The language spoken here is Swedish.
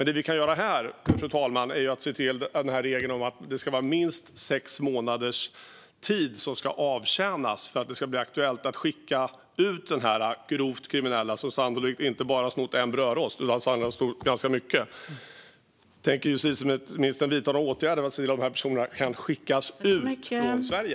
Det vi kan göra här, fru talman, är att ändra regeln om att minst sex månaders straff ska avtjänas för att det ska bli aktuellt att skicka ut den grovt kriminella, som sannolikt inte bara har snott en brödrost utan snott ganska mycket. Tänker justitieministern vidta några åtgärder för att de här personerna ska kunna skickas ut från Sverige?